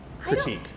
critique